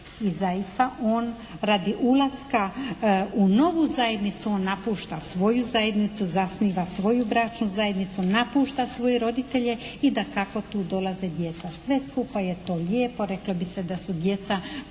I zaista on radi ulaska u novu zajednicu on napušta svoju zajednicu, zasniva svoju bračnu zajednicu, napušta svoje roditelje i dakako tu dolaze djeca. Sve skupa je to lijepo. Reklo bi se da su djeca